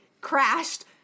crashed